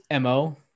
MO